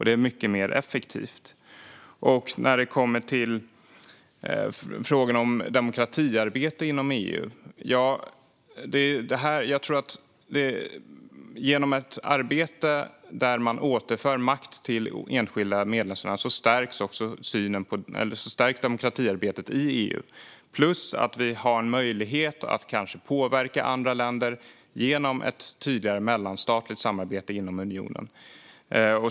Det är mycket mer effektivt. Sedan var det frågorna om demokratiarbete inom EU. Genom ett arbete där makt återförs till enskilda medlemsländer stärks demokratiarbetet i EU. Dessutom har vi möjlighet att påverka andra länder med hjälp av ett tydligare mellanstatligt samarbete inom unionen.